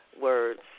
words